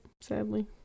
sadly